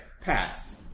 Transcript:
pass